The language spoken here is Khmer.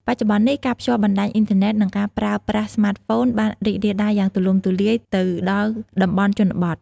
បច្ចុប្បន្ននេះ ការភ្ជាប់បណ្ដាញអ៊ីនធឺណិត និង ការប្រើប្រាស់ស្មាតហ្វូន បានរីករាលដាលយ៉ាងទូលំទូលាយទៅដល់តំបន់ជនបទ។